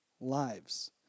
lives